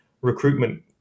recruitment